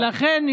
ולכן,